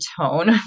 tone